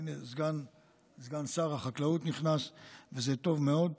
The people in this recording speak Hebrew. הינה סגן שר החקלאות נכנס וזה טוב מאוד,